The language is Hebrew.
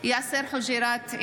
יאסר חוג'יראת,